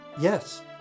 Yes